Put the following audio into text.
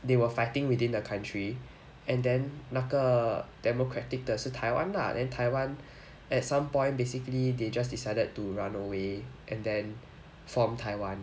they were fighting within the country and then 那个 democratic 的是 taiwan lah then taiwan at some point basically they just decided to run away and then form taiwan